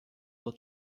will